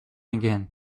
again